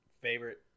favorite